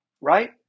right